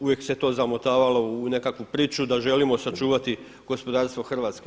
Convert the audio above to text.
Uvijek se to zamotavalo u nekakvu priču da želimo sačuvati gospodarstvo Hrvatske.